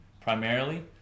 primarily